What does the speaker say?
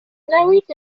newid